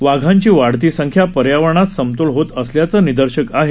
वाघांची वाढती संख्या पर्यावरणात समतोल होत असल्याचं निदर्शक आहे